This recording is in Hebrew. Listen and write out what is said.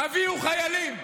תביאו חיילים,